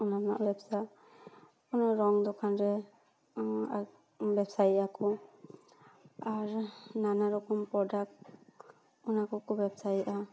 ᱚᱱᱟ ᱨᱮᱱᱟᱜ ᱵᱮᱵᱥᱟ ᱚᱱᱟ ᱨᱚᱝ ᱫᱚᱠᱟᱱ ᱨᱮ ᱚᱸᱰᱮ ᱵᱮᱵᱥᱟᱭᱮᱫᱟ ᱠᱚ ᱟᱨ ᱱᱟᱱᱟ ᱨᱚᱠᱚᱢ ᱯᱨᱚᱰᱟᱠ ᱚᱱᱟ ᱠᱚ ᱠᱚ ᱵᱮᱵᱥᱟᱭᱮᱫᱼᱟ